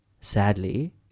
sadly